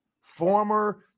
former